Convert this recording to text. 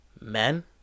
men